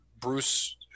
Bruce